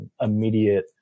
immediate